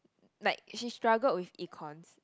like she struggled with Econs